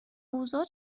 اوضاع